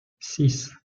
six